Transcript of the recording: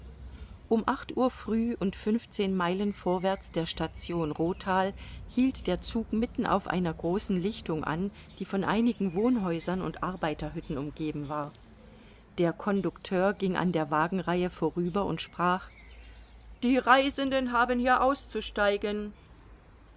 um acht uhr früh und fünfzehn meilen vorwärts der station rothal hielt der zug mitten auf einer großen lichtung an die von einigen wohnhäusern und arbeiterhütten umgeben war der conducteur ging an der wagenreihe vorüber und sprach die reisenden haben hier auszusteigen